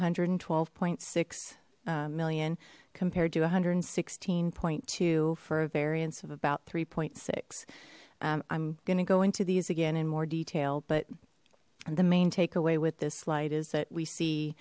hundred and twelve point six million compared to one hundred and sixteen point two for a variance of about three point six i'm gonna go into these again in more detail but the main takeaway with this slide is that we see